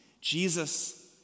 Jesus